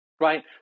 right